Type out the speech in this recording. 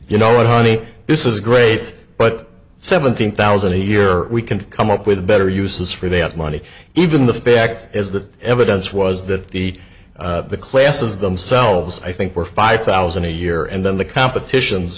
you know what honey this is great but seventeen thousand a year we can come up with better uses for that money even the fact is the evidence was that the classes themselves i think were five thousand a year and then the competitions